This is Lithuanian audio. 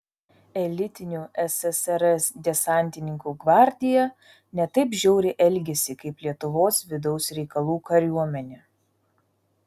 elitinių ssrs desantininkų gvardija ne taip žiauriai elgėsi kaip lietuvos vidaus reikalų kariuomenė